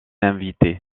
invité